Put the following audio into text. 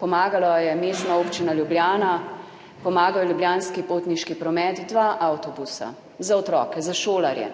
pomagala je Mestna občina Ljubljana, pomagal je Ljubljanski potniški promet, dva avtobusa za otroke, za šolarje,